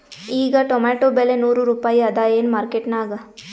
ಈಗಾ ಟೊಮೇಟೊ ಬೆಲೆ ನೂರು ರೂಪಾಯಿ ಅದಾಯೇನ ಮಾರಕೆಟನ್ಯಾಗ?